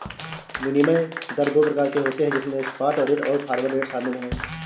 विनिमय दर दो प्रकार के होते है जिसमे स्पॉट रेट और फॉरवर्ड रेट शामिल है